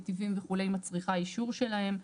נתיבים וכו' מצריכה אישור שלהם.